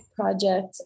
project